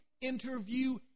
interview